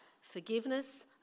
forgiveness